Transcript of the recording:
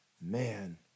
Man